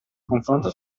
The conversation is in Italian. confronto